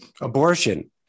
abortion